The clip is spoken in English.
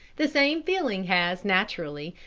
the same feeling has, naturally,